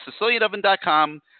SicilianOven.com